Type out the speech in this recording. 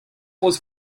was